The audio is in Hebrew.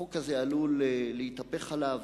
החוק הזה עלול להתהפך עליו,